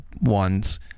ones